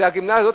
זו הגמלה הזאת,